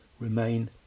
remain